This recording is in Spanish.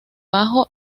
bajo